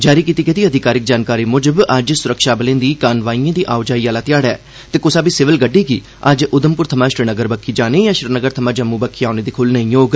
जारी कीती गेदी अधिकारिक जानकारी मुजब अज्ज सुरक्षाबलें दी कानवाईएं दी आओजाई आह्ला ध्याड़ा ऐ ते कुसा बी सिविल गड्डी गी अज्ज उधमपुर थमां श्रीनगर बक्खी जाने यां श्रीनगर थमां जम्मू बक्खी औने दी खुल्ल नेई होग